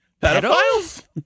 Pedophiles